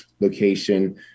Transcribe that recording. location